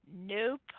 nope